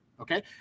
Okay